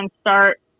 start